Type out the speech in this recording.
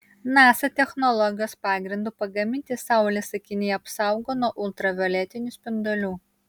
nasa technologijos pagrindu pagaminti saulės akiniai apsaugo nuo ultravioletinių spindulių